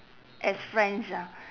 as friends ah